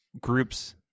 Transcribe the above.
groups